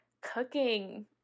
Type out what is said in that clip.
cooking